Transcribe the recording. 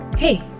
Hey